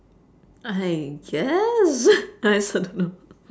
I guess I also don't know